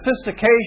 sophistication